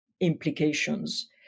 implications